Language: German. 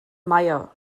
meier